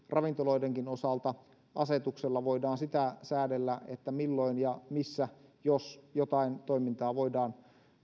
ravintoloidenkin osalta asetuksella voidaan säädellä sitä milloin ja missä jos jotain toimintaa voidaan